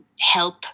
help